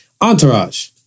Entourage